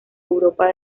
europa